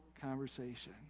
conversation